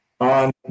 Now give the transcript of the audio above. on